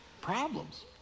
Problems